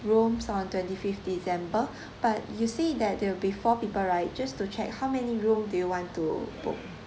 rooms on twenty fifth december but you see that they'll be four people people right just to check how many room do you want to book